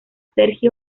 sergio